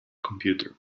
computer